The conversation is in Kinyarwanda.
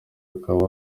akaba